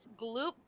Gloop